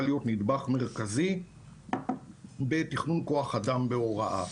להיות נדבך מרכזי בתכנון כוח אדם בהוראה.